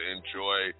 Enjoy